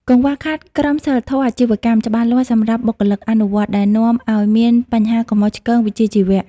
កង្វះខាត "ក្រមសីលធម៌អាជីវកម្ម" ច្បាស់លាស់សម្រាប់បុគ្គលិកអនុវត្ត ដែលនាំឱ្យមានបញ្ហាកំហុសឆ្គងវិជ្ជាជីវៈ។